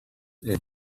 and